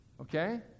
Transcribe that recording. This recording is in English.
okay